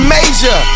Major